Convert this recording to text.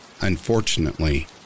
Unfortunately